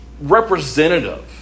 representative